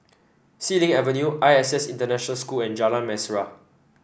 Xilin Avenue I S S International School and Jalan Mesra